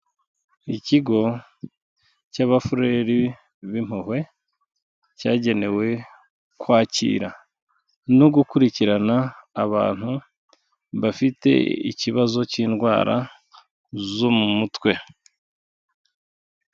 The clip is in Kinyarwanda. Ikigo cy'abafureri b'impuhwe, cyagenewe kwakira no gukurikirana abantu bafite ikibazo cy'indwara zo mu mutwe.